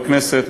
בכנסת,